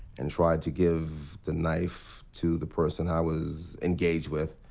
and tried to give the knife to the person i was engaged with.